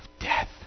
death